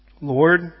Lord